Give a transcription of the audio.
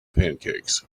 pancakes